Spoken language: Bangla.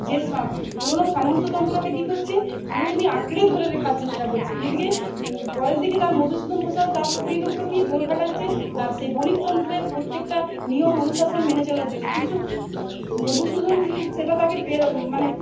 যে পুরোনো সামন্ততন্ত্রকে কী করছে কুমুদিনী আঁকড়ে ধরে রেখার চেষ্টা করছে এদিকে পরের দিকে তার মধুসূদন ঘোষাল তার স্ত্রীর উপর কি জোর খাটাচ্ছে তার সেই বণিক তন্ত্রের প্রত্যেকটা নিয়ম অনুশাসন মেনে চলার জন্যে কিন্তু মধুসূদন সেটা তাকে পের মানে